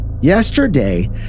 Yesterday